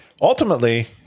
ultimately